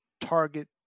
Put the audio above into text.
Target